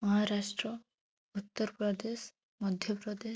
Maharashtra Uttar Pradesh Madhya Pradesh